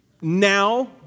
Now